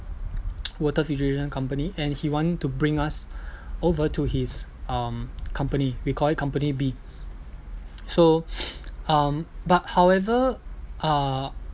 water filtration company and he want to bring us over to his um company we call it company B so um but however uh